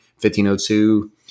1502